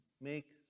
Make